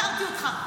לא הכרתי אותך.